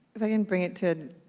if i can bring it to